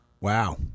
Wow